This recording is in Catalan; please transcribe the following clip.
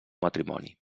matrimoni